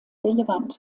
relevant